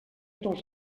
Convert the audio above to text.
dos